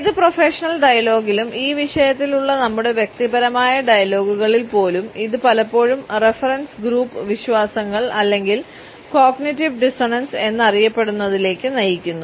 ഏത് പ്രൊഫഷണൽ ഡയലോഗിലും ഈ വിഷയത്തിലുള്ള നമ്മുടെ വ്യക്തിപരമായ ഡയലോഗുകളിൽ പോലും ഇത് പലപ്പോഴും റഫറൻസ് ഗ്രൂപ്പ് എന്നറിയപ്പെടുന്നതിലേക്ക് നയിക്കുന്നു